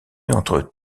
entre